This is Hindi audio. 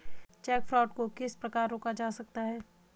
चेक फ्रॉड को किस प्रकार रोका जा सकता है?